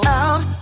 out